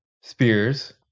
Spears